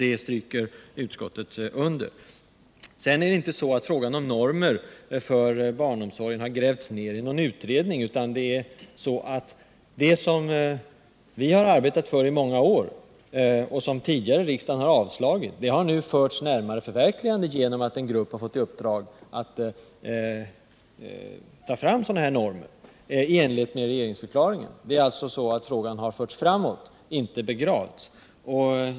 Dessutom har frågan om normer för barnomsorgen inte grävts ned i någon utredning. I stället har det krav som vi har arbetat för i många år, och som tidigare riksdagar har avslagit, nu förts närmare sitt förverkligande genom tillsättandet av en grupp, som har fått i uppdrag att ta fram sådana normer i enlighet med vad som uttalas i regeringsförklaringen. Frågan har alltså förts framåt, inte blivit begravd.